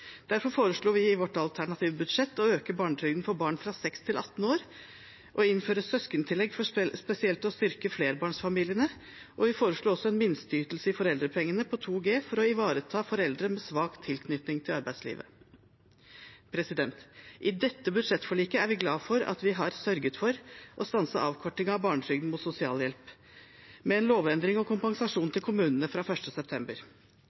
Derfor foreslår vi i vårt alternative budsjett å øke barnetrygden for barn fra 6 til 18 år og innføre søskentillegg for spesielt å styrke flerbarnsfamiliene, og vi foreslår også en minsteytelse i foreldrepengene på 2G for å ivareta foreldre med svak tilknytning til arbeidslivet. I dette budsjettforliket er vi glad for at vi har sørget for å stanse avkorting av barnetrygden for dem på sosialhjelp, med en lovendring om kompensasjon til kommunene fra 1. september.